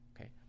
okay